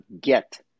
get